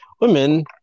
Women